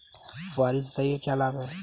फुहारी सिंचाई के क्या लाभ हैं?